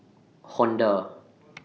Honda